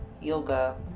yoga